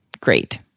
great